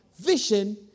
vision